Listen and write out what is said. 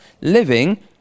living